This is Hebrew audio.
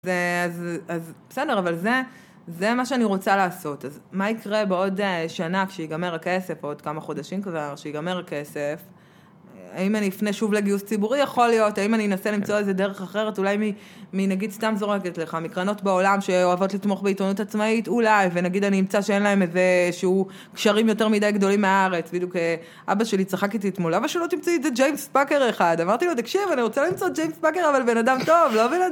אז בסדר, אבל זה מה שאני רוצה לעשות. אז מה יקרה בעוד שנה כשיגמר הכסף, או עוד כמה חודשים כבר כשיגמר הכסף? האם אני אפנה שוב לגיוס ציבורי? יכול להיות. האם אני אנסה למצוא איזה דרך אחרת? אולי מנגיד, סתם זורקת לך, מקרנות בעולם שאוהבות לתמוך בעיתונות עצמאית? אולי. ונגיד אני אמצא שאין להם איזה שהוא קשרים יותר מדי גדולים מהארץ. בדיוק אבא שלי צחק איתי אתמול, למה שלא תמצאי איזה ג'יימס פאקר אחד? אמרתי לו תקשיב, אני רוצה למצוא ג'יימס פאקר, אבל בן אדם טוב, לא בן אדם